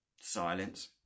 silence